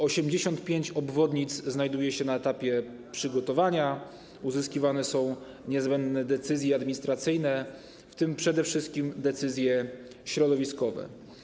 85 obwodnic znajduje się na etapie przygotowania, uzyskiwane są niezbędne decyzje administracyjne, w tym przede wszystkim decyzje środowiskowe.